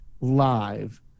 live